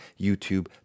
YouTube